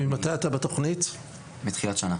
אני בתכנית מתחילת השנה.